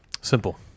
Simple